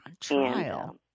Trial